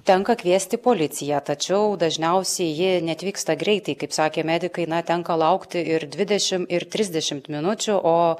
tenka kviesti policiją tačiau dažniausiai ji neatvyksta greitai kaip sakė medikai na tenka laukti ir dvidešimt ir trisdešimt minučių o